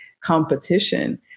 competition